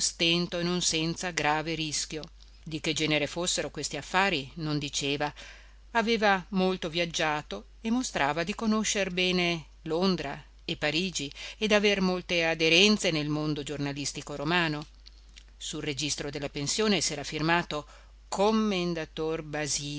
stento e non senza grave rischio di che genere fossero questi affari non lo diceva aveva molto viaggiato e mostrava di conoscer bene londra e parigi e d'aver molte aderenze nel mondo giornalistico romano sul registro della pensione s'era firmato